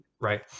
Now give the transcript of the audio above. right